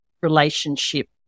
relationship